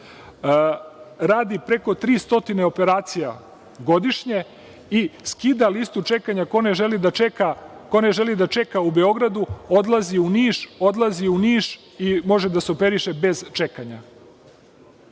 radi preko 300 operacija godišnje i skida listu čekanja, ko ne želi da čeka u Beogradu, odlazi u Niš i može da se operiše bez čekanja.